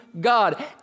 God